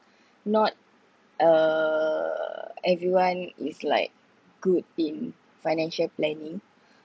not err everyone is like good in financial planning